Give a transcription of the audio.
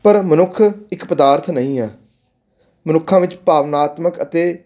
ਪਰ ਮਨੁੱਖ ਇੱਕ ਪਦਾਰਥ ਨਹੀਂ ਹੈ ਮਨੁੱਖਾਂ ਵਿੱਚ ਭਾਵਨਾਤਮਕ ਅਤੇ